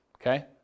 Okay